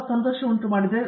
ಪ್ರತಾಪ್ ಹರಿಡೋಸ್ ಸರಿ ಸರಿ